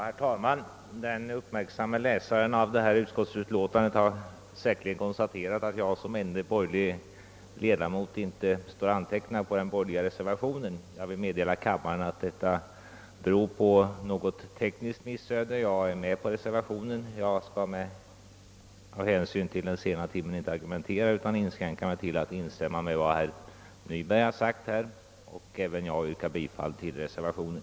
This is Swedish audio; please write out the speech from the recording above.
Herr talman! Den uppmärksamme läsaren av förevarande utlåtande har säkerligen konstaterat att jag är den ende borgerlige ledamot som inte står antecknad under den borgerliga reservationen. Jag vill meddela kammaren att detta beror på något tekniskt missöde. Jag är med på reservationen. Med hänsyn till den sena timmen skall jag emellertid inte argumentera i denna fråga utan inskränker mig till att instämma i vad herr Nyberg här anfört. även jag yrkar alltså bifall till reservationen.